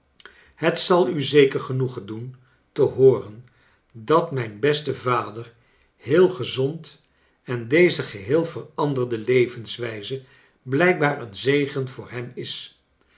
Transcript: het zal u zeker genoegen doen te hooren dat mijn beste vader heel gezond en deze geheel veranderde leefwijze blijkbaar een zegen voor hem is